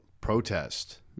Protest